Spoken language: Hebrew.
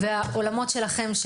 אני פונה לעולמות הבריאות,